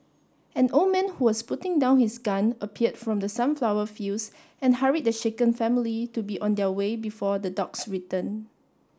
an old man who was putting down his gun appeared from the sunflower fields and hurried the shaken family to be on their way before the dogs return